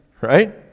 Right